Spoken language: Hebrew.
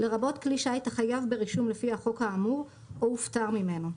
לרבות כלי שיט החייב ברישום לפי החוק האמור או הופטר ממנו,